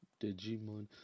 Digimon